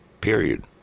period